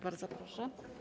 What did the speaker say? Bardzo proszę.